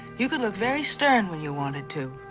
you could look very stern when you wanted to.